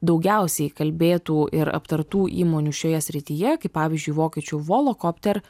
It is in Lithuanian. daugiausiai kalbėtų ir aptartų įmonių šioje srityje kaip pavyzdžiui vokiečių volocopter